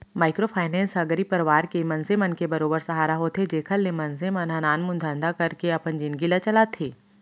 micro finance ह गरीब परवार के मनसे मन के बरोबर सहारा होथे जेखर ले मनसे मन ह नानमुन धंधा करके अपन जिनगी ल चलाथे